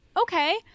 okay